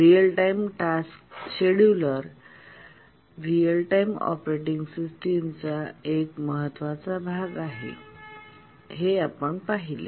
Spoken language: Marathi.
real time task scheduler real time operating सिस्टमचा एक महत्त्वाचा भाग आहे हे आपण पाहिले